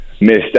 missed